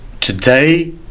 today